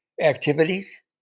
activities